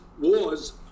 wars